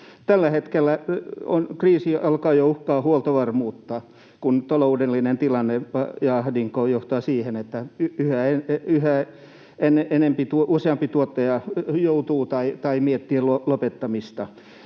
Tällä hetkellä kriisi alkaa jo uhata huoltovarmuutta, kun taloudellinen tilanne ja ahdinko johtavat siihen, että yhä useampi tuottaja joutuu lopettamaan tai miettii lopettamista.